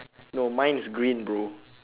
no mine is green bro